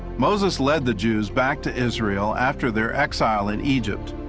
moses led the jews back to israel after their exile in egypt.